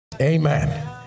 Amen